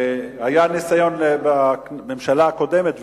והיה ניסיון בממשלה הקודמת,